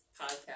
podcast